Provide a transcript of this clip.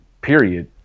period